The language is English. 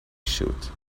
shoot